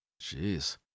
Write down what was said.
Jeez